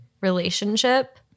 relationship